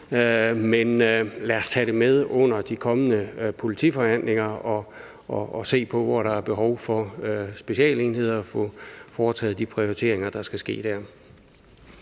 men lad os tage det med under de kommende politiforhandlinger, lad os se på, hvor der er behov for specialenheder, og lad os få foretaget de prioriteringer, der skal ske, dér.